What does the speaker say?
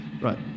right